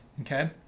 Okay